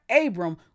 Abram